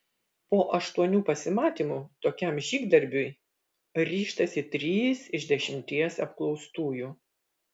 po aštuonių pasimatymų tokiam žygdarbiui ryžtasi trys iš dešimties apklaustųjų